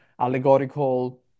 allegorical